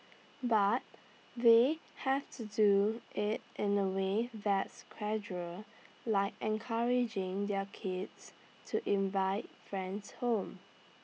but they have to do IT in A way that's casual like encouraging their kids to invite friends home